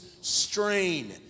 strain